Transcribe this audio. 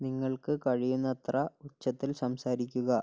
നിങ്ങൾക്ക് കഴിയുന്നത്ര ഉച്ചത്തിൽ സംസാരിക്കുക